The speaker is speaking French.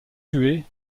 tués